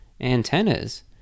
antennas